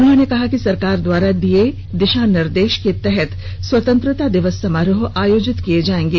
उन्होंने कहा कि सरकार द्वारा दिए दिशा निर्देश के तहत स्वतंत्रता दिवस समारोह आयोजित किए जाएंगे